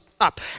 up